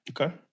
Okay